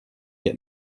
get